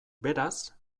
beraz